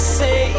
say